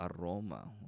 aroma